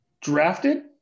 drafted